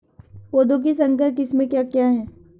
पौधों की संकर किस्में क्या क्या हैं?